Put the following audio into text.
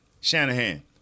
Shanahan